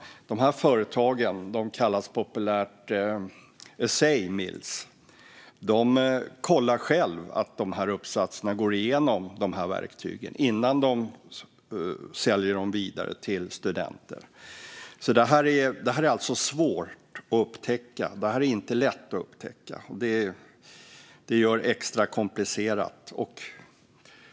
Företagen, som populärt kallas essay mills, kollar själva att uppsatserna går igenom de verktygen innan de säljer dem vidare till studenter. Det är alltså svårt att upptäcka. Det är inte lätt att upptäcka, och det gör det extra komplicerat.